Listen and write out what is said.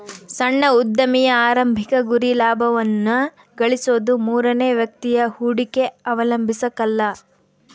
ಸಣ್ಣ ಉದ್ಯಮಿಯ ಆರಂಭಿಕ ಗುರಿ ಲಾಭವನ್ನ ಗಳಿಸೋದು ಮೂರನೇ ವ್ಯಕ್ತಿಯ ಹೂಡಿಕೆ ಅವಲಂಬಿಸಕಲ್ಲ